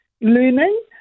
learning